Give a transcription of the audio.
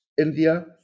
India